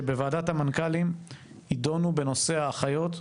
שבוועדת המנכ"לים יידונו בנושא האחיות,